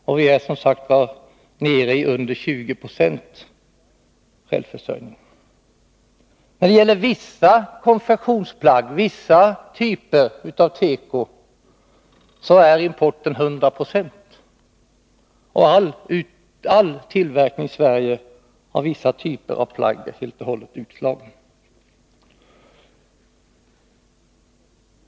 Man har försvunnit långt bort från det. Nu är vi, som sagt var, nere under 20 20. När det gäller vissa konfektionsplagg och vissa typer av teko utgör importen 100 26 — tillverkningen i Sverige är helt och hållet utslagen.